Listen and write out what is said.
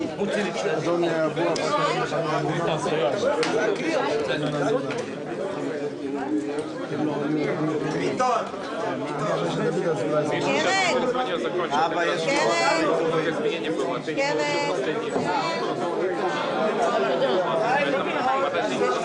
17:50.